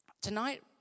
tonight